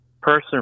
person